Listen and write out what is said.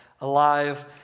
alive